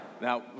Now